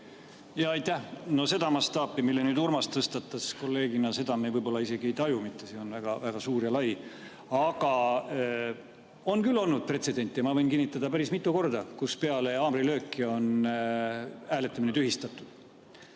Aitäh! No seda mastaapi, mille nüüd Urmas tõstatas kolleegina, seda me võib-olla isegi ei taju mitte, see on väga-väga suur ja lai. Aga on küll pretsedent ja ma võin kinnitada, et on olnud päris mitu korda, kus peale haamrilööki on hääletamine tühistatud.